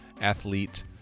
athlete